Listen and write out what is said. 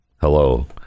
hello